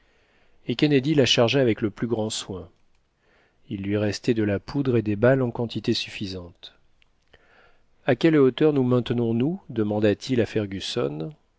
et kennedy la chargea avec le plus grand soin il lui restait de la poudre et des balles en quantité suffisante a quelle hauteur nous maintenons nous demanda-t-il à fergusson